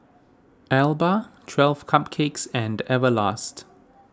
Alba twelve Cupcakes and Everlast